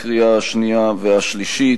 לקריאה השנייה והשלישית.